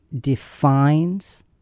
defines